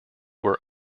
were